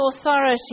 authority